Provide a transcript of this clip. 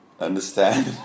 understand